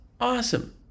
Awesome